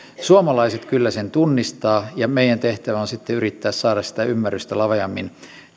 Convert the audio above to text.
suomalaiset kyllä sen tunnistavat ja meidän tehtävämme on sitten yrittää saada sitä ymmärrystä laveammin